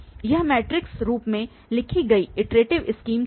यह मैट्रिक्स रूप में लिखी गई इटरेटिव स्कीम थी